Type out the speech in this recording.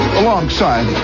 alongside